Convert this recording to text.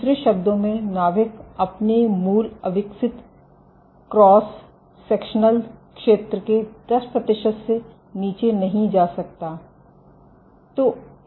दूसरे शब्दों में नाभिक अपने मूल अविकसित क्रॉस सेक्शनल क्षेत्र के 10 प्रतिशत से नीचे नहीं जा सकता है